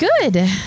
Good